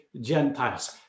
Gentiles